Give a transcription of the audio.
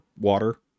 water